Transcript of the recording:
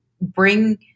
bring